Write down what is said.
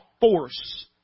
force